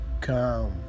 come